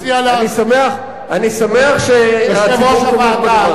אני שמח שהציבור תומך בדבר הזה.